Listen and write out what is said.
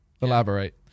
Elaborate